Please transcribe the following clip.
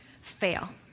fail